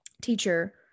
teacher